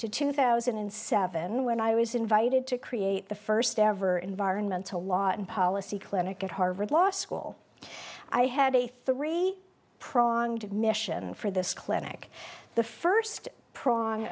to two thousand and seven when i was invited to create the first ever environmental law and policy clinic at harvard law school i had a three pronged mission for this clinic the first pron